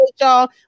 y'all